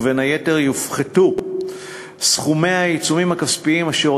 ובין היתר יופחתו סכומי העיצומים הכספיים אשר